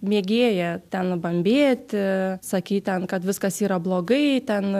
mėgėja ten bambėti sakyt ten kad viskas yra blogai ten